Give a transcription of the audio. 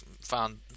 found